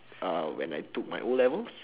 uh when I took my O levels